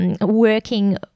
working